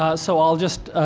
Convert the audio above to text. ah so i'll just